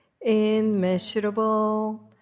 immeasurable